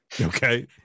Okay